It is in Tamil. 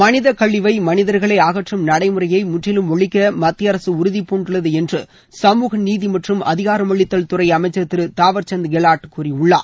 மனித கழிவை மனிதர்களே அகற்றும் நடைமுறையை முற்றிலும் ஒழிக்க மத்திய அரசு உறுதிபூண்டுள்ளது என்று சமூக நீதி மற்றும் அதிகாரமளித்தல் துறை அமைச்சர் திரு தாவர்சந்த் கெலாட் கூறியுள்ளார்